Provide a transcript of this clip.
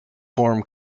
form